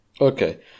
Okay